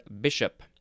bishop